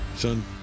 Son